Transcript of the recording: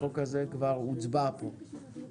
החוק הזה כבר הוצבע פה.